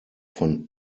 von